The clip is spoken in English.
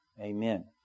Amen